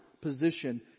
position